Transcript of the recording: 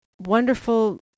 wonderful